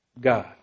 God